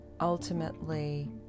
ultimately